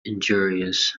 injurious